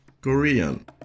Korean